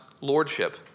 lordship